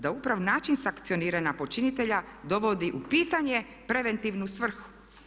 Da upravo način sankcioniranja počinitelja dovodi u pitanje preventivnu svrhu.